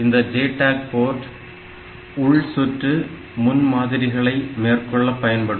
இந்த JTAG port உள் மின்சுற்று முன் மாதிரிகளை மேற்கொள்ள பயன்படும்